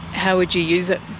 how would you use it?